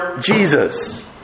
Jesus